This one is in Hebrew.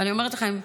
ואני אומרת לכם,